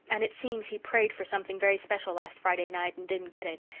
and it seems he prayed for something very special last friday night and didn't get it,